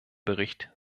bericht